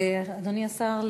אדוני השר,